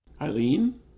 Eileen